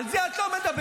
על זה את לא מדברת.